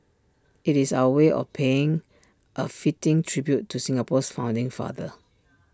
IT is our way of paying A fitting tribute to Singapore's founding father